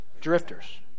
drifters